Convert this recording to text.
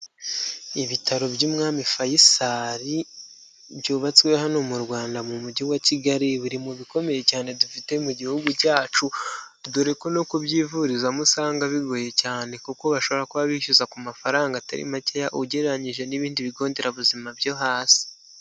Ibitaro by'umwami Fayisari byubatswe hano mu Rwanda mu mujyi wa Kigali, biri mu bikomeye cyane dufite mu gihugu cyacu, dore ko no kubyivurizamo usanga bigoye cyane, kuko bashobora kuba bishyuza ku mafaranga atari makeya ugereranyije n'ibindi bigo nderabuzima byo hasi.